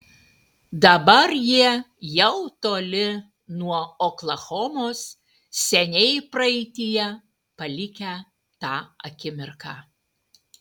dabar jie jau toli nuo oklahomos seniai praeityje palikę tą akimirką